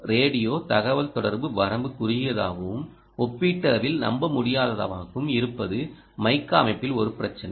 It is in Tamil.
ரேடியோ தகவல்தொடர்பு வரம்பு குறுகியதாகவும் ஒப்பீட்டளவில் நம்பமுடியாததாகவும் இருப்பதும் மைக்கா அமைப்பில் ஒரு பிரச்சினை